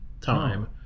time